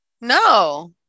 No